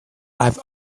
i’ve